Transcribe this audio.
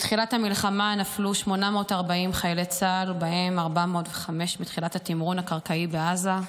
מתחילת המלחמה נפלו 840 חיילי צה"ל ובהם 405 מתחילת התמרון הקרקעי בעזה.